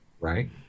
right